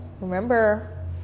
remember